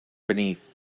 beneath